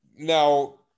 now